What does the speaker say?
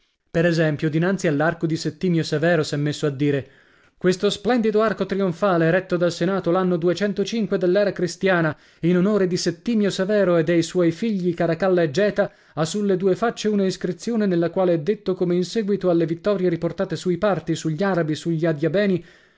per esempio dinanzi all'arco di settimio severo s'è messo a dire questo splendido arco trionfale eretto dal enato l anno dell ra cristiana in onore di settimio severo e dei suoi figli caracalla e geta ha sulle due facce una iscrizione nella quale è dette come in seguito alle vittorie riportate sui parti sugli arabi sugli adiabeni